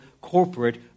corporate